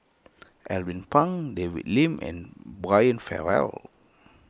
Alvin Pang David Lim and Brian Farrell